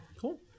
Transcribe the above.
cool